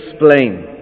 explain